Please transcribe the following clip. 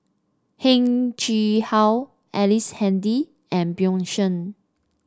Heng Chee How Ellice Handy and Bjorn Shen